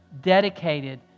dedicated